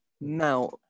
Now